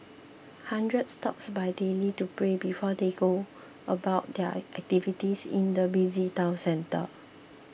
hundreds stop by daily to pray before they go about their activities in the busy town centre